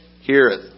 heareth